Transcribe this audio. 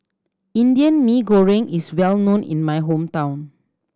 Indian Mee Goreng is well known in my hometown